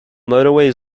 motorway